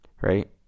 right